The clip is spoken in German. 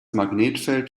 magnetfeld